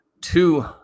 two